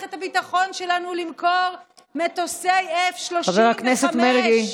מערכת הביטחון שלנו למכור מטוסי F-35. חבר הכנסת מרגי,